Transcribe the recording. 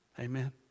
Amen